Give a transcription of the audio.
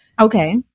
Okay